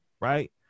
right